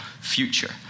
future